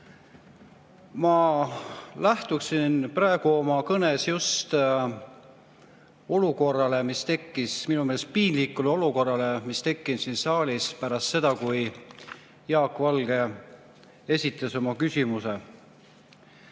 Ma lähtun praegu oma kõnes just olukorrast – minu meelest piinlikust olukorrast –, mis tekkis siin saalis pärast seda, kui Jaak Valge esitas oma küsimuse,